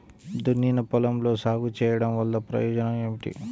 దున్నిన పొలంలో సాగు చేయడం వల్ల ప్రయోజనం ఏమిటి?